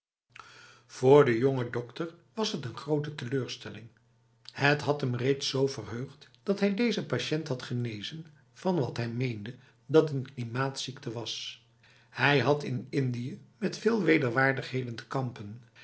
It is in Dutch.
voor de jonge dokter was het een grote teleurstellingl het had hem reeds z verheugd dat hij deze patiënt had genezen van wat hij meende dat een klimaatziekte was hij had in indië met veel wederwaardigheden te kampen